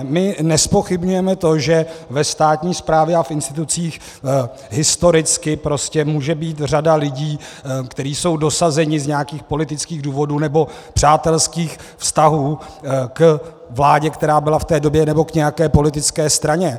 My nezpochybňujeme to, že ve státní správě a v institucích historicky může být řada lidí, kteří jsou dosazeni z nějakých politických důvodů nebo přátelských vztahů k vládě, která byla v té době, nebo k nějaké politické straně.